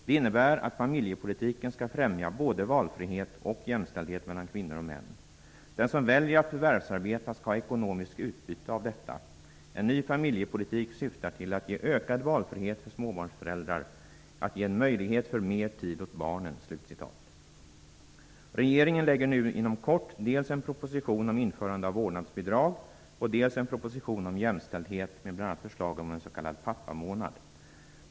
Det innebär, att familjepolitiken skall främja både valfrihet och jämställdhet mellan kvinnor och män. Den som väljer att förvärvsarbeta skall ha ekonomiskt utbyte av detta. En ny familjepolitik syftar till att ge ökad valfrihet för småbarnsföräldrar, att ge en möjlighet för mer tid åt barnen.'' Regeringen lägger nu inom kort fram dels en proposition om införande av vårdnadsbidrag, dels en proposition om jämställdhet, med bl.a. förslag om en s.k. pappamånad.